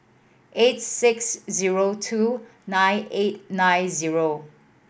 eight six zero two nine eight nine zero